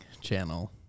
channel